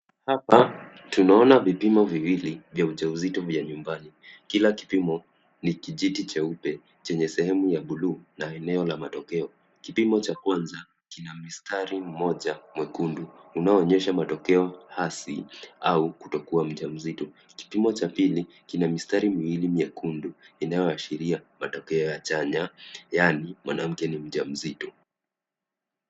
Hapa tunaona vipimo viwili vya ujauzito vya nyumbani. Kila kipimo ni kijiti cheupe chenye sehemu ya blue na eneo la matokeo. Kipimo cha kwanza kina mistari moja mwekundu unaoonyesha matokeo hasi au kutokuwa mjamzito. Kipimo cha pili kina mistari miwili mwekundu inayoashiria matokeo ya chanya yaani mwanamke ni mjamzito.